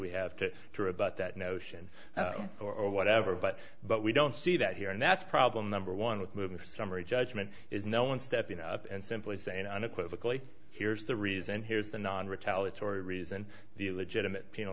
we have to to rebut that notion or whatever but but we don't see that here and that's problem number one with moving for summary judgment is no one stepping up and simply saying unequivocally here's the reason here's the non retaliates or reason the legitimate p